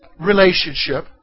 relationship